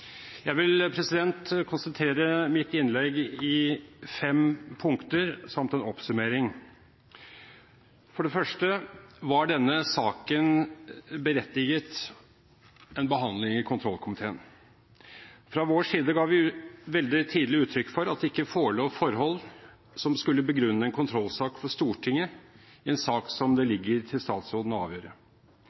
Jeg vil konsentrere mitt innlegg om fem punkter, samt en oppsummering. For det første: Var denne saken berettiget en behandling i kontrollkomiteen? Fra vår side ga vi veldig tidlig uttrykk for at det ikke forelå forhold som skulle begrunne en kontrollsak for Stortinget i en sak som det ligger til statsråden å avgjøre.